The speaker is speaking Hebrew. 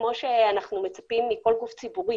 כמו שאנחנו מצפים מכל גוף ציבורי